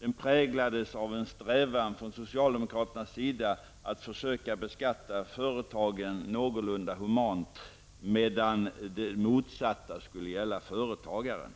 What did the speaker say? Den präglades av en strävan från socialdemokraternas sida att försöka beskatta företagen någorlunda humant, medan det motsatta skulle gälla företagarna.